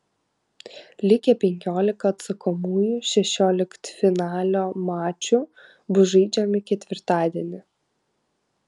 likę penkiolika atsakomųjų šešioliktfinalio mačų bus žaidžiami ketvirtadienį